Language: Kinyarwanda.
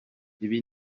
ibi